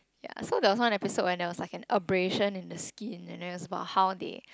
ya so there was one episode when there was once episode in the skin and is about how they